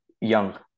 young